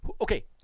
Okay